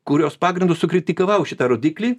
kurios pagrindu sukritikavau šitą rodiklį